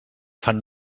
fan